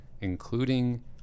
including